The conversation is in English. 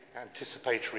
Anticipatory